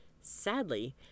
Sadly